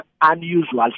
unusual